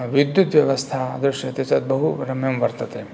विद्युत् व्यवस्था दृश्यते तत् बहुरम्यं वर्तते